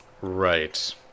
Right